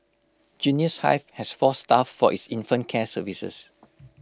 Genius hive has four staff for its infant care services